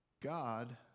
God